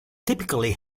typically